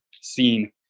seen